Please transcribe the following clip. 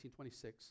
1926